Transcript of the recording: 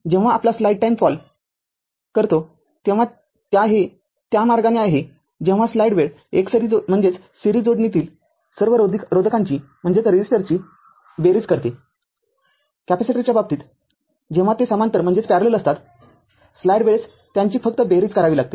जेव्हा आपला स्लाइड वेळ कॉल करतो तेव्हा त्या हे त्या मार्गाने आहे जेव्हा स्लाईड वेळ एकसरी जोडणीतील सर्व रोधकांची बेरीज करते कॅपेसिटरच्या बाबतीत जेव्हा ते समांतर असतात स्लाईड वेळेस त्यांची फक्त बेरीज करावी लागते